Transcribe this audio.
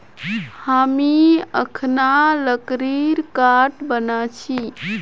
हामी अखना लकड़ीर खाट बना छि